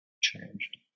changed